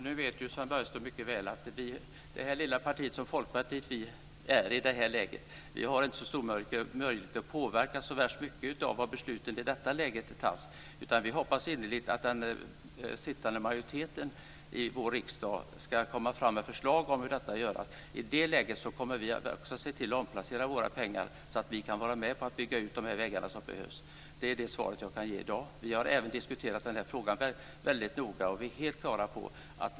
Herr talman! Sven Bergström vet mycket väl att ett litet parti som Folkpartiet inte har så stor möjlighet att påverka så värst mycket av besluten. Vi hoppas innerligt att den sittande majoriteten i vår riksdag ska komma fram med förslag om hur detta kan göras. I det läget kommer vi att se till att omfördela våra pengar så att vi kan vara med och bygga ut de vägar som behövs. Det är det svar jag kan ge i dag. Vi har diskuterat den här frågan väldigt noga.